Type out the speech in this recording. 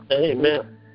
Amen